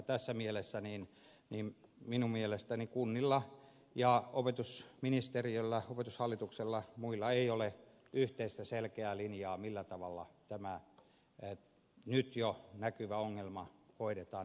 tässä mielessä minun mielestäni kunnilla ja opetusministeriöllä opetushallituksella ja muilla ei ole yhteistä selkeää linjaa millä tavalla tämä nyt jo näkyvä ongelma hoidetaan